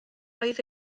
oedd